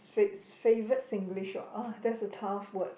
fix favourite Singlish word ah !ah! that's a tough word